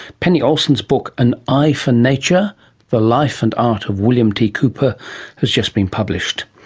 penny olsen's book an eye for nature the life and art of william t. cooper has just been published.